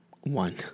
One